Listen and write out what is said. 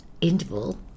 interval